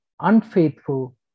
unfaithful